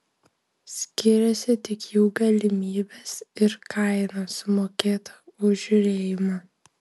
skiriasi tik jų galimybės ir kaina sumokėta už žiūrėjimą